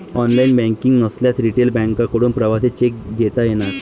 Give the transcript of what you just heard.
online banking नसल्यास retail बँकांकडून प्रवासी चेक घेता येणार